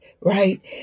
right